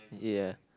ya